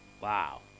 Wow